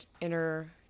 inner